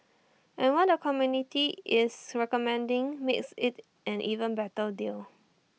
and what the committee is recommending makes IT an even better deal